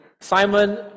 Simon